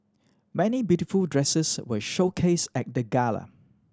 many beautiful dresses were showcased at the gala